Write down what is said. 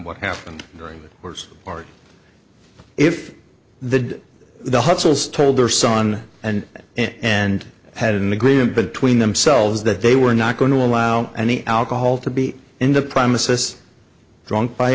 what happened during the course or if the did the hudsons told their son and and had an agreement between themselves that they were not going to allow any alcohol to be in the premises drunk by